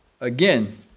again